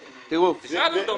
רגע, חברים.